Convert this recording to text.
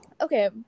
Okay